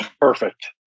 perfect